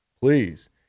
please